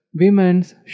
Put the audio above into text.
women's